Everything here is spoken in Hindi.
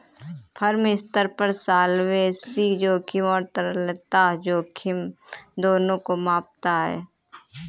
फर्म स्तर पर सॉल्वेंसी जोखिम और तरलता जोखिम दोनों को मापता है